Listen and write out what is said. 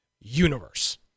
Universe